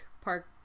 Park